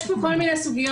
יש פה כל מיני סוגיות.